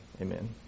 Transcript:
amen